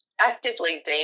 actively